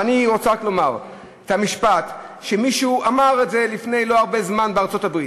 ואני רוצה רק לומר את המשפט שמישהו אמר לפני לא הרבה זמן בארצות-הברית: